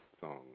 song